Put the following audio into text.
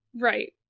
right